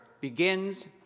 begins